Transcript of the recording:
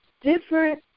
different